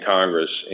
Congress